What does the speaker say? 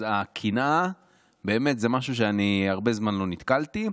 הקנאה היא באמת משהו שאני הרבה זמן לא נתקלתי בו,